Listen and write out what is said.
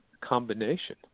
combination